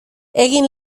egin